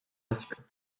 advisor